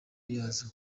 yazo